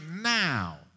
now